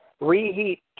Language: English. reheat